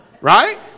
Right